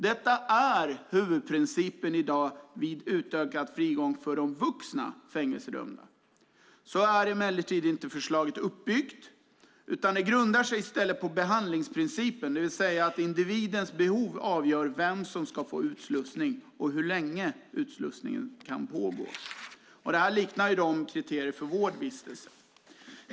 Detta är i dag huvudprincipen vid utökad frigång för vuxna fängelsedömda. Så är förslaget emellertid inte uppbyggt. I stället grundas det på behandlingsprincipen, det vill säga på att individens behov avgör vem som ska få utslussning och på hur länge utslussningen kan pågå. Det här liknar kriterierna för vårdvistelse.